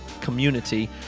community